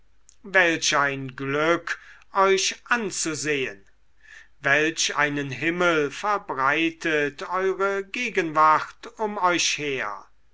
welch ein glück euch anzusehen welch einen himmel verbreitet eure gegenwart um euch her